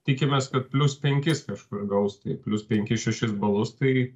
tikimės kad plius penkis kažkur gaus tai plius penki šešis balus tai